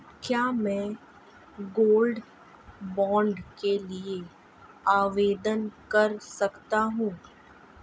क्या मैं gold bond के लिए आवेदन कर सकता हूं?